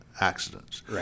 accidents